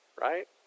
Right